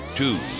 two